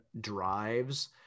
drives